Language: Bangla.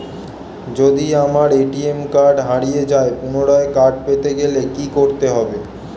যদি আমার এ.টি.এম কার্ড হারিয়ে যায় পুনরায় কার্ড পেতে গেলে কি করতে হবে?